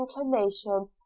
inclination